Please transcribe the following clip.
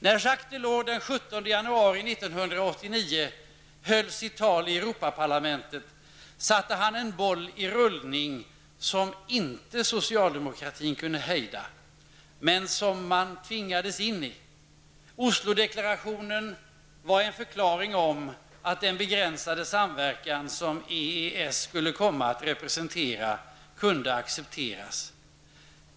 När Jacques Delors den 17 januari 1989 höll sitt tal i Europaparlamentet satte han en boll i rullning som inte socialdemokratin kunde hejda, men som man tvingades följa. Oslodeklarationen var en förklaring om att den begränsade samverkan som EES skulle komma att representera kunde accepteras.